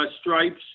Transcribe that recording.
Stripes